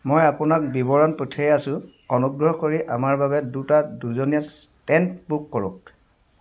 মই আপোনাক বিৱৰণ পঠিয়াই আছোঁ অনুগ্ৰহ কৰি আমাৰ বাবে দুটা দুজনীয়া টেণ্ট বুক কৰক